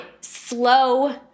slow